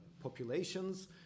populations